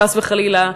חס וחלילה,